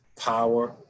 power